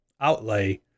outlay